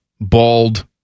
Bald